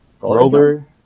Roller